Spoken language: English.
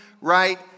right